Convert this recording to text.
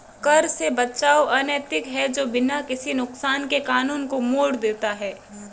कर से बचाव अनैतिक है जो बिना किसी नुकसान के कानून को मोड़ देता है